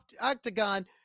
octagon